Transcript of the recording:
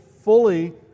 fully